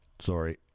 Sorry